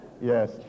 yes